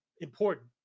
important